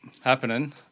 happening